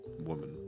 woman